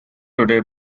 today